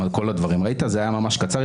זה היה ממש קצר.